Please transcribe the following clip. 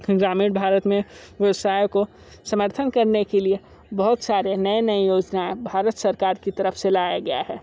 ग्रामीण भारत में व्यवसाय को समर्थन करने के लिए बहुत सारे नए नए योजनाएँ भारत सरकार की तरफ़ से लाया गया है